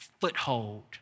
foothold